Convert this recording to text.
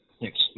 Thanks